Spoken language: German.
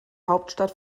hauptstadt